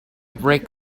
brick